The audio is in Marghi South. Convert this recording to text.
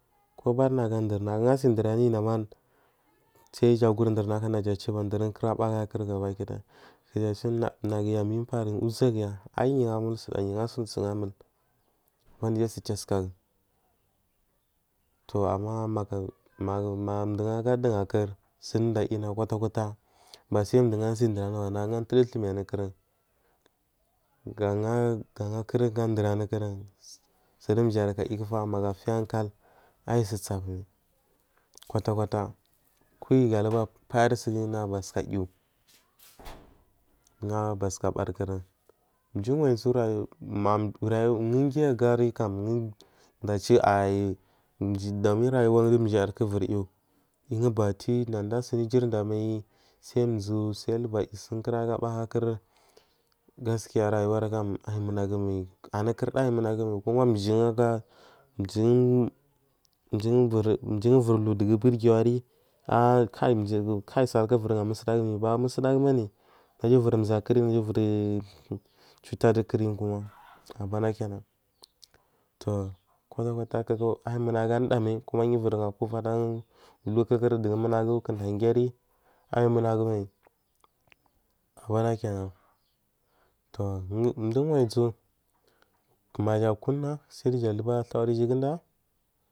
Kobari nagu dur duramun nama tsaja guriu lakana jatsai kura bagakur gabakidaya nagunatsu munpargu kuja tsai uʒapu aiyugu asunsugamul bandija suchasugagu to ama magu magu mamduga ndugakur sunda yina kwakwata basai mdugu asardurnugu ba nagu atudu thhimi anukurun gagakurum gaduranukurun suu mjiyarku ayukufa kalkal ausutsapumau kwatakwata kuwi galuga payara sunguyi bathuka yu gabathuka barkurun mjiwanyi tsu rayuwa ungiyu agari kam ndachi aiyi mjidam durayuwa yarku ivuriyu yugubate nada sun ijurda mai sai dʒu sal yusugu kurabakkur gaskiya rayuwari aimunagu mal anu kurda auyi munagu mai kuma mjiaga mjigu ivurdu duguburi bargawa ah aimjiku kai salkul ivury gamusalagu ba musdagubani naja ivuri bʒakuryi eh chuta dukuryi wan abana kina toh kwata kwata aiyi munagumal andamal makuwadagu lukukuri jan munagu kuda giri aumunagu mal abana kina to mduwanyi su maja kuna ijahuga lithawarvi kunna.